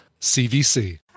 cvc